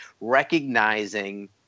recognizing